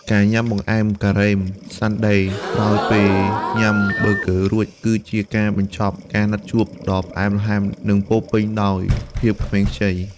ការញ៉ាំបង្អែមការ៉េម Sunday ក្រោយពេលញ៉ាំប៊ឺហ្គឺរួច គឺជាការបញ្ចប់ការណាត់ជួបដ៏ផ្អែមល្ហែម និងពោរពេញដោយភាពក្មេងខ្ចី។